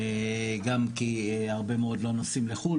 גם כי הרבה מאוד לא נוסעים לחו"ל,